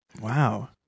Wow